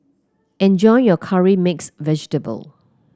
enjoy your Curry Mixed Vegetable